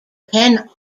ten